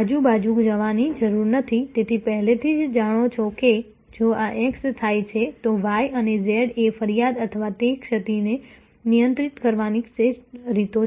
આજુબાજુ જવાનીની જરૂર નથી તમે પહેલેથી જ જાણો છો કે જો x થાય છે તો y અને z એ ફરિયાદ અથવા તે ક્ષતિને નિયંત્રિત કરવાની શ્રેષ્ઠ રીતો છે